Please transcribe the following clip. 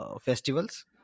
festivals